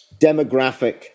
demographic